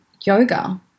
yoga